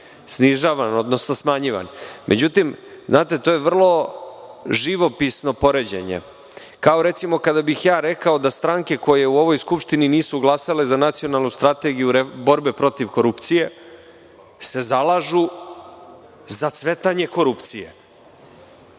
snižavan odnosno smanjivan. To je vrlo živopisno poređenje. Kao, recimo, kada bih ja rekao da stranke koje u ovoj Skupštini nisu glasale za Nacionalnu strategiju borbe protiv korupcije se zalažu za cvetanje korupcije.